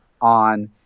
on